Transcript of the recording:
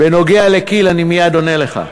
בנוגע לכי"ל אני מייד עונה לך.